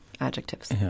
adjectives